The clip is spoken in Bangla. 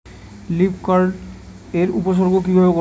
লিফ কার্ল এর উপসর্গ কিভাবে করব?